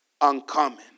uncommon